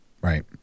Right